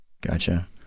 Gotcha